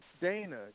Dana